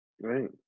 right